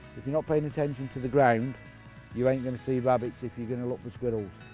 if you're not paying attention to the ground you ain't gonna see rabbits if you're going to look for squirrels.